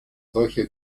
solche